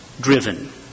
driven